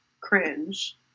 cringe